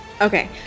Okay